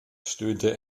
stöhnte